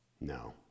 No